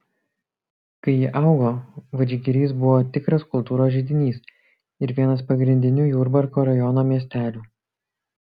kai ji augo vadžgirys buvo tikras kultūros židinys ir vienas pagrindinių jurbarko rajono miestelių